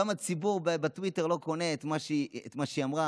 גם הציבור בטוויטר לא קונה את מה שהיא אמרה.